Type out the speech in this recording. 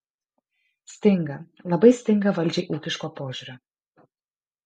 stinga labai stinga valdžiai ūkiško požiūrio